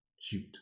Shoot